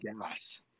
gas